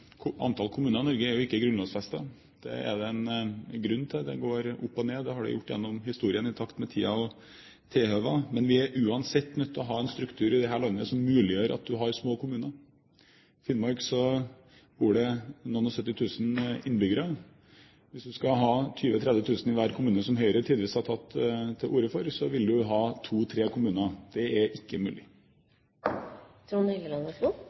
Antall kommuner i Norge er jo ikke grunnlovfestet. Det er det en grunn til. Det går opp og ned, det har det gjort gjennom historien i takt med tiden og tilhøvene. Men vi er uansett nødt til å ha en struktur i dette landet som muliggjør at man har små kommuner. I Finnmark bor det noen-og-syttitusen innbyggere. Hvis man skal ha 20 000–30 000 i hver kommune, som Høyre tidvis har tatt til orde for, vil man få to–tre kommuner. Det er ikke